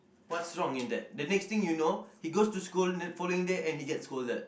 what's wrong in that the next thing you know he goes to school the following day and he get scolded